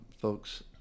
folks